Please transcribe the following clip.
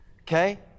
Okay